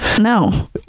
no